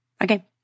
Okay